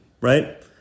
right